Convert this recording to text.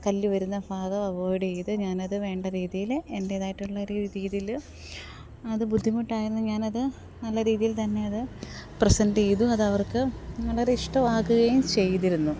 കല്ല് വരുന്ന ഭാഗം അവോയ്ഡ് ചെയ്ത് ഞാൻ അത് വേണ്ട രീതിയിൽ എന്റെതായിട്ടുള്ള ഒരു രീതിയിൽ അത് ബുദ്ധിമുട്ടായിരുന്നു ഞാൻ അത് നല്ല രീതിയില്ത്തന്നെ അത് പ്രെസന്റ് ചെയ്തു അത് അവര്ക്ക് വളരെ ഇഷ്ടമാവുകയും ചെയ്തിരുന്നു